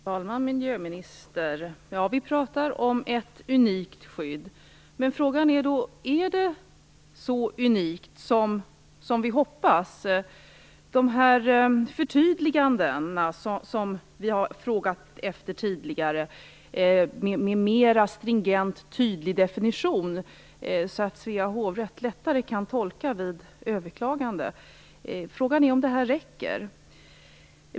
Herr talman! Miljöministern! Vi pratar om ett unikt skydd. Men frågan är då: Är det så unikt som vi hoppas? De förtydliganden som vi tidigare har frågat efter, med en mera stringent och tydlig definition så att Svea hovrätt lättare kan tolka vid överklagande, kanske inte räcker.